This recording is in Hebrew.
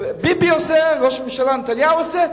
וראש הממשלה נתניהו עושה,